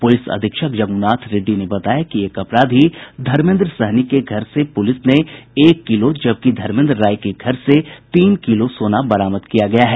police अधीक्षक जगुनाथ रेड्डी ने बताया कि एक अपराधी धर्मेन्द्र सहनी के घर से एक किलो जबकि धर्मेन्द्र राय के घर से तीन किलो सोना बरामद किया गया है